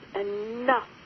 enough